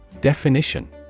Definition